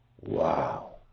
Wow